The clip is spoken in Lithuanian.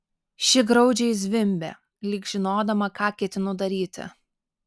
ši graudžiai zvimbė lyg žinodama ką ketinu daryti